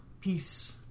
Peace